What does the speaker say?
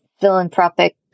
philanthropic